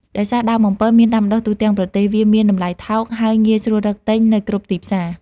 ដោយសារដើមអំពិលមានដាំដុះទូទាំងប្រទេស វាមានតម្លៃថោក ហើយងាយស្រួលរកទិញនៅគ្រប់ទីផ្សារ។